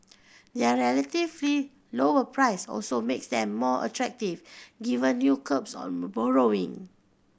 their lower price also makes them more attractive given new curbs borrowing